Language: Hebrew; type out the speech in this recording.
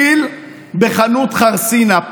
פיל בחנות חרסינה,